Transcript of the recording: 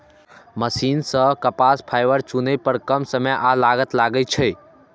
machine सं कपास fibre चुनै पर कम समय आ लागत लागै छै